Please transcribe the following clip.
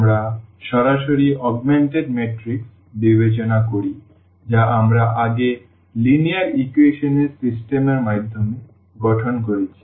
আমরা সরাসরি augmented matrix বিবেচনা করি যা আমরা আগে লিনিয়ার ইকুয়েশন এর সিস্টেমের মাধ্যমে গঠন করেছি